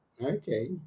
Okay